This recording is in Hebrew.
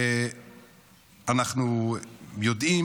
ואנחנו יודעים